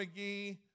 McGee